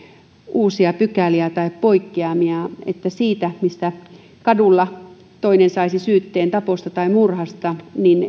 uusia pykäliä tai poikkeamia niin että siitä mistä kadulla toinen saisi syytteen taposta tai murhasta